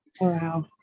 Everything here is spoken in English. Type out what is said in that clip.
Wow